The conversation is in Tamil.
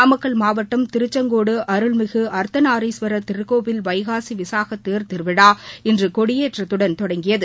நாமக்கல் மாவட்டம் திருச்செங்கோடு அருள்மிகு அர்த்தநாரீஸ்வரர் திருக்கோவில் வைகாசி விசாக தேர் திருவிழா இன்று கொடியேற்றத்துடன் தொடங்கியது